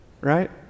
right